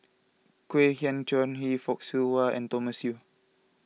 Kwek Hian Chuan Henry Fock Siew Wah and Thomas Yeo